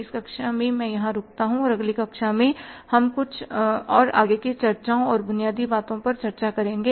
इस कक्षा में मैं यहां रुकता हूं और अगली कक्षा में हम कुछ आगे की चर्चाओं और बुनियादी बातों पर चर्चा करेंगे